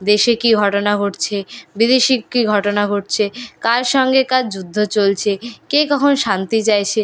দেশে কী ঘটনা ঘটছে বিদেশী কী ঘটনা ঘটছে কার সঙ্গে কার যুদ্ধ চলছে কে কখন শান্তি চাইছে